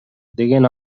деген